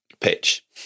Pitch